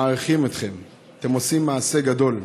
מעריכים אתכם, אתם עושים מעשה גדול.